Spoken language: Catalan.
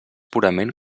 purament